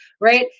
right